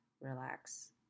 relax